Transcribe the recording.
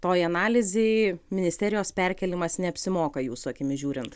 toj analizėj ministerijos perkėlimas neapsimoka jūsų akimis žiūrint